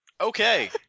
Okay